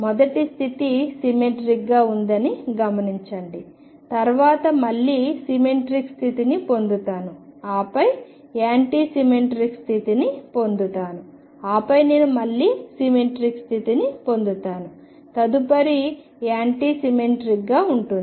మొదటి స్థితి సిమెట్రిక్ గా ఉందని గమనించండి తర్వాత మళ్ళీ సిమెట్రిక్ స్థితిని పొందుతాను ఆపై యాంటీ సిమెట్రిక్ స్థితిని పొందుతాను ఆపై నేను మళ్లీ సిమెట్రిక్ స్థితిని పొందుతాను తదుపరిది యాంటీ సిమెట్రిక్గా ఉంటుంది